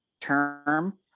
term